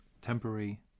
temporary